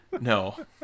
no